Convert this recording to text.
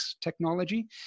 technology